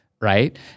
right